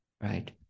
right